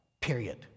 period